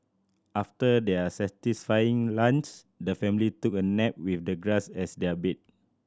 after their satisfying lunch the family took a nap with the grass as their bed